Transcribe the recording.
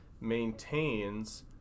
maintains